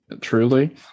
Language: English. truly